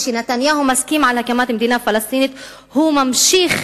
כשנתניהו מסכים על הקמת מדינה פלסטינית הוא ממשיך